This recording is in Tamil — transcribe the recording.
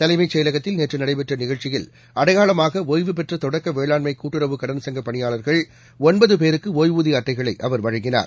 தலைமைச் செயலகத்தில் நேற்று நடைபெற்ற நிகழ்ச்சியில் அடையாளமாக ஒய்வு பெற்ற தொடக்க வேளாண்மை கூட்டுறவு கடன் சங்கப் பணியாளர்கள் ஒன்பது பேருக்கு ஒய்வூதிய அட்டைகளையும் அவர் வழங்கினார்